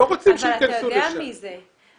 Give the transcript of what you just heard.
אבל אתה יודע מי אלה האנשים האלה.